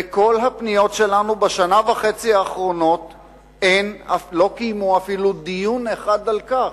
וכל הפניות שלנו בשנה וחצי האחרונות לא הביאו לקיום דיון אחד על כך.